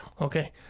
Okay